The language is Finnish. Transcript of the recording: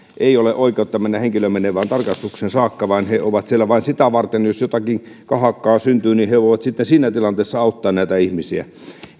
ei ole oikeutta mennä henkilöön menevään tarkastukseen saakka vaan he ovat siellä vain sitä varten että jos jotakin kahakkaa syntyy niin he voivat sitten siinä tilanteessa auttaa näitä ihmisiä